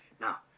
Now